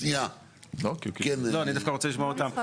שנייה, אני רוצה לשמוע.